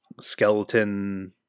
skeleton